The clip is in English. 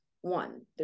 One